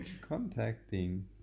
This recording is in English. Contacting